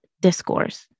discourse